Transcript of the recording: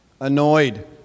annoyed